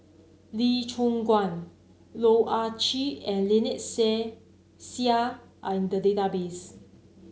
Lee Choon Guan Loh Ah Chee and Lynnette Seah are in the database